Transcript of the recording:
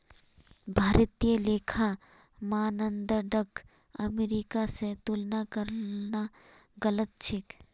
भारतीय लेखा मानदंडक अमेरिका स तुलना करना गलत छेक